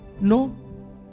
No